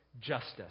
justice